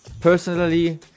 personally